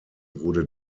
wurde